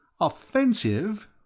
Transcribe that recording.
Offensive